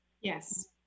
Yes